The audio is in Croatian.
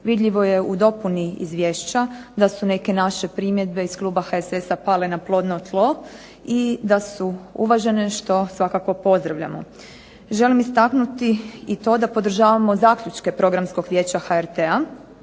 Vidljivo je u dopuni izvješća da se u neke naše primjedbe iz kluba HSS-a pale na plodno tlo i da su uvažene što svakako pozdravljamo. Želim istaknuti i to da podržavamo zaključke Programskog vijeća HRT-a